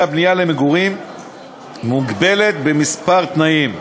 הבנייה למגורים מוגבלת בכמה תנאים.